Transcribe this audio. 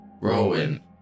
Rowan